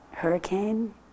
hurricane